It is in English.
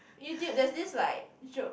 YouTube there's this like joke